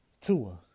Tua